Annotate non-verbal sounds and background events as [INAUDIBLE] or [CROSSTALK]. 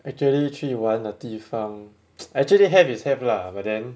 actually 去玩的地方 [NOISE] actually have is have lah but then